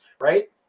right